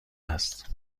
است